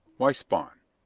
why spawn?